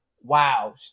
wow